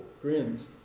grins